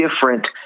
different